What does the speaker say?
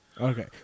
Okay